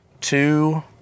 two